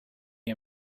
you